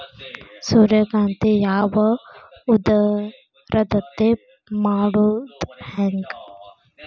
ಸೂರ್ಯಕಾಂತಿ ಹೂವ ಉದರದಂತೆ ಮಾಡುದ ಹೆಂಗ್?